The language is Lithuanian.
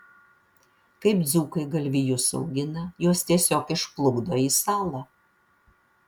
kaip dzūkai galvijus augina juos tiesiog išplukdo į salą